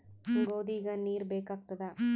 ಗೋಧಿಗ ನೀರ್ ಬೇಕಾಗತದ?